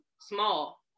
small